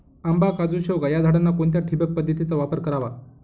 आंबा, काजू, शेवगा या झाडांना कोणत्या ठिबक पद्धतीचा वापर करावा?